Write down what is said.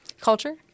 culture